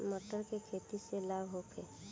मटर के खेती से लाभ होखे?